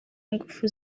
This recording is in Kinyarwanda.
ingufu